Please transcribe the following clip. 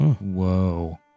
Whoa